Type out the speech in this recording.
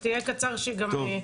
ותהיה קצר שגם ענבר.